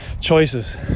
Choices